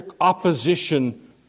opposition